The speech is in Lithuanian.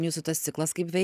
jūsų tas ciklas kaip vei